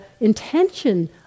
intention